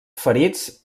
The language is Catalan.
ferits